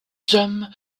hommes